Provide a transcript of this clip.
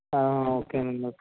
okay అండి okay